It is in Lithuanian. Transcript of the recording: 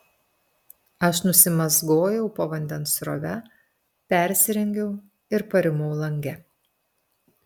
aš nusimazgojau po vandens srove persirengiau ir parimau lange